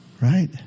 right